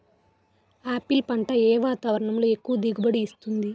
Apple పంట ఏ వాతావరణంలో ఎక్కువ దిగుబడి ఇస్తుంది?